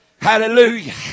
Hallelujah